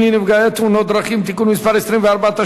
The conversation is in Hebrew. לנפגעי תאונות דרכים (תיקון מס' 24),